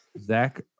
Zach